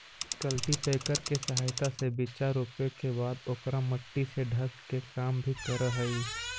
cultipacker के सहायता से बीचा रोपे के बाद ओकरा मट्टी से ढके के काम भी करऽ हई